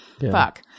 fuck